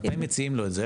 מתי מציעים לו את זה?